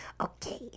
Okay